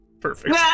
Perfect